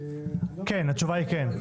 כן, התשובה היא כן.